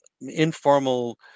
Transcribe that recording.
informal